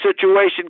situation